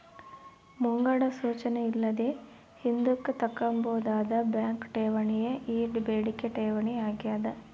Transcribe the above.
ಮುಂಗಡ ಸೂಚನೆ ಇಲ್ಲದೆ ಹಿಂದುಕ್ ತಕ್ಕಂಬೋದಾದ ಬ್ಯಾಂಕ್ ಠೇವಣಿಯೇ ಈ ಬೇಡಿಕೆ ಠೇವಣಿ ಆಗ್ಯಾದ